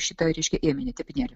šitą reiškia ėminį tepinėlį